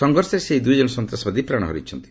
ସଂଘର୍ଷରେ ସେହି ଦୁଇଜଣ ସନ୍ତାସବାଦୀ ପ୍ରାଣ ହରାଇଛନ୍ତି